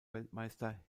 weltmeister